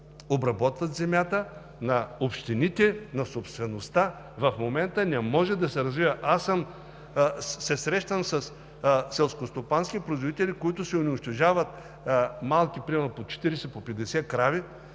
обработват земята на общините, на собствеността. В момента не може да се развива. Аз се срещам със селскостопански производители, които си унищожават малко – примерно по 40, по 50 крави,